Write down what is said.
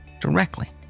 directly